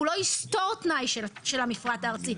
הוא לא יסתור תנאי של המפרט הארצי.